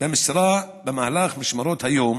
במשרה במהלך משמרות היום